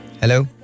Hello